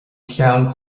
ceann